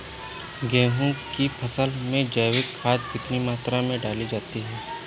गेहूँ की फसल में जैविक खाद कितनी मात्रा में डाली जाती है?